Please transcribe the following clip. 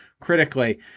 critically